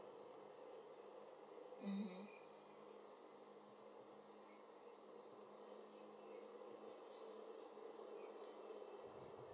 mmhmm